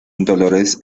dolores